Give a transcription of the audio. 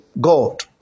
God